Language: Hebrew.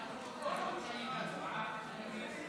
נעבור להצבעה על החוק המצורף